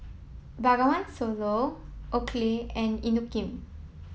Bengawan Solo Oakley and Inokim